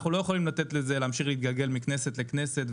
אנחנו לא יכולים לתת לזה להמשיך להתגלגל מכנסת לכנסת,